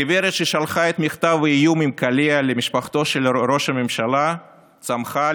הגברת ששלחה את מכתב האיום עם קליע למשפחתו של ראש הממשלה צמחה,